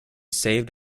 saved